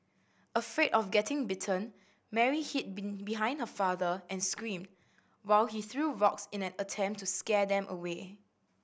afraid of getting bitten Mary hid behind her father and screamed while he threw rocks in an attempt to scare them away